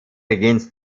begins